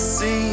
See